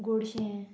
गोडशें